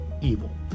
evil